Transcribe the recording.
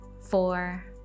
four